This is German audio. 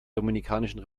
dominikanischen